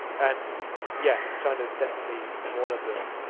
and yeah, china is definitely one of them